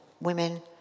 women